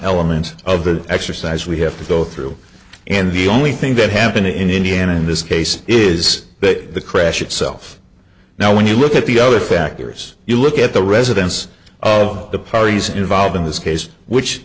element of the exercise we have to go through and the only thing that happened in indiana in this case is that the crash itself now when you look at the other factors you look at the residence of the parties involved in this case which